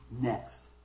next